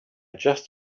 just